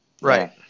Right